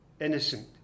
innocent